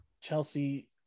Chelsea